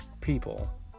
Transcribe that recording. people